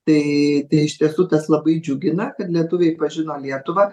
tai iš tiesų tas labai džiugina kad lietuviai pažina lietuvą